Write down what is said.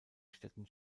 städten